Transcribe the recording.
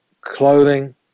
clothing